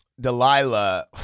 Delilah